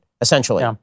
essentially